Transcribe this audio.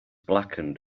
blackened